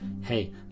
hey